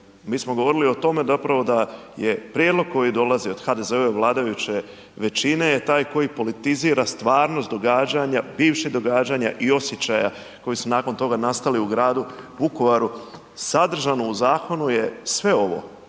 mi smo govorili o tome zapravo da je prijedlog koji dolazi od HDZ-ove vladajuće većine je taj koji politizira stvarnost događanja, bivših događanja i osjećaja koji su nakon toga nastali u gradu Vukovaru, sadržano u zakonu je sve ovo.